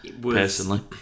personally